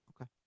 Okay